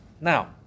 Now